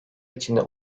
içinde